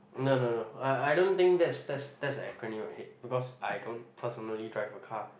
no no no I I don't think that's that's that's a acronym I hate because I don't personally drive a car